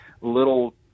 little